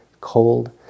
cold